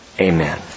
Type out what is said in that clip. Amen